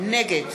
נגד